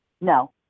No